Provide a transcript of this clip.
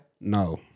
No